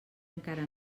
encara